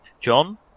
John